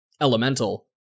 elemental